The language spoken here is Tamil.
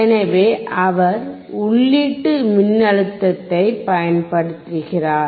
எனவே அவர் உள்ளீட்டு மின்னழுத்தத்தைப் பயன்படுத்துகிறார்